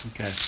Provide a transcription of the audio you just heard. Okay